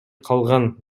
калган